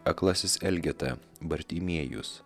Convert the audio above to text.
aklasis elgeta bartimiejus